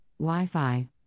Wi-Fi